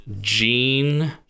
Gene